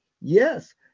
Yes